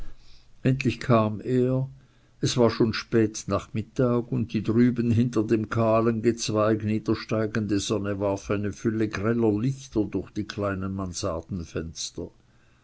endlich kam er es war schon spätnachmittag und die drüben hinter dem kahlen gezweig niedersteigende sonne warf eine fülle greller lichter durch die kleinen